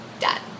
done